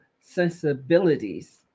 sensibilities